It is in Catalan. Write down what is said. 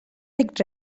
dic